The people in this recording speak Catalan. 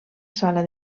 sala